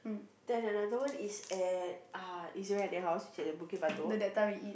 then another one is at uh is house it's at Bukit-Batok